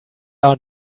are